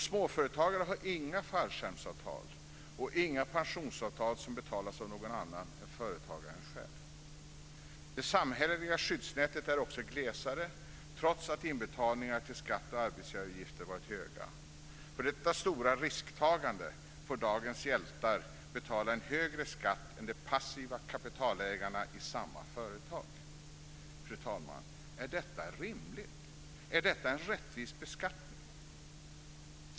Småföretagare har inga fallskärmsavtal och inga pensionsavtal som betalas av någon annan än företagaren själv. Det samhälleliga skyddsnätet är också glesare trots att inbetalningar till skatt och arbetsgivaravgifter varit höga. För detta stora risktagande får dagens hjältar betala en högre skatt än de passiva kapitalägarna i samma företag. Fru talman! Är detta rimligt? Är detta en rättvis beskattning?